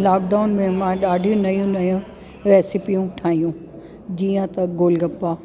lockdown में मां ॾाढी नयूं नयूं रेसिपियूं ठाहियूं जीअं त गोल गप्पा